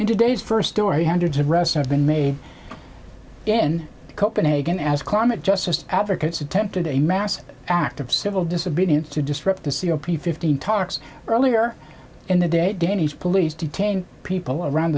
in today's first story hundreds of residents been made in copenhagen as climate justice advocates attempted a mass act of civil disobedience to disrupt the c o p fifteen talks earlier in the day danny's police detain people around